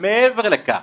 מעבר לכך,